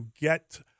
get